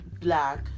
black